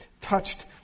touched